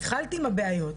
התחלתי עם הבעיות,